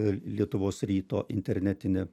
lietuvos ryto internetinė